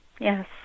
Yes